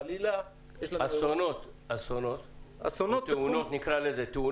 חלילה, יש לנו -- אסונות או תאונות נקרא לזה.